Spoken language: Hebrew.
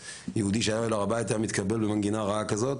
יהודי שהיה עולה להר הבית היה מתקבל במנגינה רעה כזאת